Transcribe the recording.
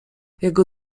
jego